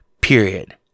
Period